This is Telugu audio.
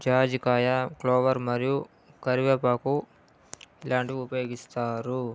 జాజికాయ క్లోవర్ మరియు కరివేపాకు ఇలాంటివి ఉపయోగిస్తారు